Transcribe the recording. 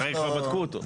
הרי כבר בדקו אותו.